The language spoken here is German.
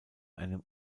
einem